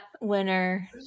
winner